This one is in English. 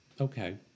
Okay